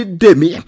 demi